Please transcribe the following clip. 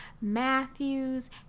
Matthew's